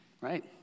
right